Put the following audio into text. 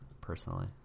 personally